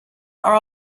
are